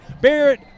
Barrett